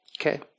Okay